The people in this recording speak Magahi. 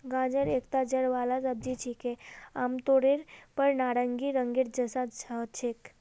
गाजर एकता जड़ वाला सब्जी छिके, आमतौरेर पर नारंगी रंगेर जैसा ह छेक